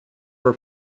her